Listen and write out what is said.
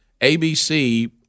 ABC